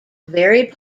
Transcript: very